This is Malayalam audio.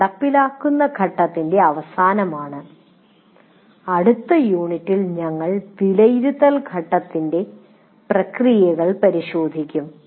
അത് നടപ്പിലാക്കുന്ന ഘട്ടത്തിന്റെ അവസാനമാണ് അടുത്ത യൂണിറ്റിൽ ഞങ്ങൾ വിലയിരുത്തൽ ഘട്ടത്തിന്റെ പ്രക്രിയകൾ പരിശോധിക്കും